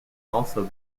also